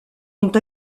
ont